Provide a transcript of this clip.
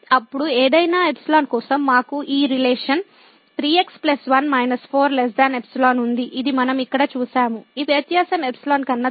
అప్పుడు ఏదైనా ϵ కోసం మాకు ఈ రిలేషన్ | 3 x 1 4 | ϵ ఉంది ఇది మనం ఇక్కడ చూశాము ఈ వ్యత్యాసం ϵ కన్నా తక్కువ